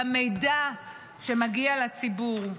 במידע שמגיע לציבור.